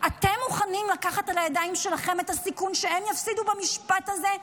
אתם מוכנים לקחת לידיים שלכם את הסיכון שהם יפסידו במשפט הזה,